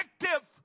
effective